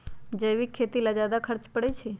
जैविक खेती ला ज्यादा खर्च पड़छई?